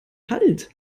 halt